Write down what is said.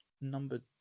number